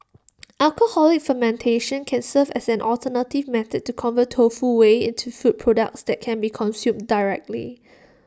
alcoholic fermentation can serve as an alternative method to convert tofu whey into food products that can be consumed directly